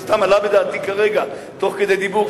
זה סתם עלה בדעתי כרגע תוך כדי דיבור,